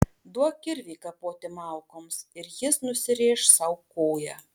duok kirvį kapoti malkoms ir jis nusirėš sau koją